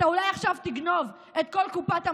אתה אולי עכשיו תגנוב את כל קופת המדינה,